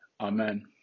Amen